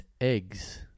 eggs